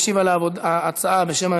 משיב על ההצעה, בשם הממשלה,